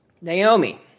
Naomi